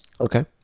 Okay